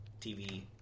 TV